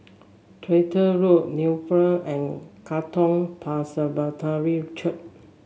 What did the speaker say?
Tractor Road Napier and Katong Presbyterian Church